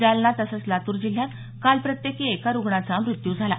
जालना तसंच लातूर जिल्ह्यात काल प्रत्येकी एका रुग्णाचा मृत्यू झाला